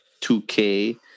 2K